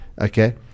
okay